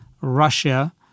Russia